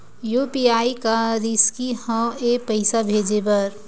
UPI का रिसकी हंव ए पईसा भेजे बर?